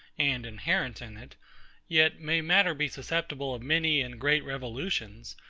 and inherent in it yet may matter be susceptible of many and great revolutions,